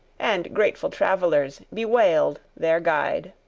and grateful travelers bewailed their guide.